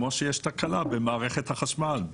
כמו שיש במערכת החשמל.